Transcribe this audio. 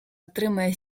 отримує